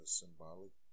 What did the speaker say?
symbolic